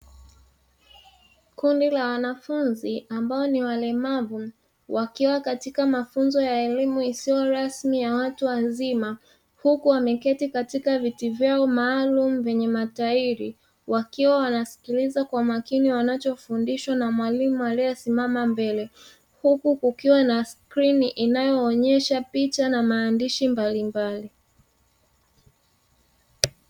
Kundi la wanafunzi ambao ni walemavu wakiwa katika mafunzo ya elimu isiyo rasmi ya watu wazima, huku wameketi katika viti vyao maalumu vyenye matairi wakiwa wanasikiliza kwa makini wanachofundishwa na mwalimu aliyesimama mbele; huku kukiwa na skrini inayoonyesha picha na maandishi mbalimbali.